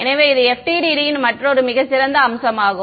எனவே இது FDTD இன் மற்றொரு மிகச் சிறந்த அம்சமாகும்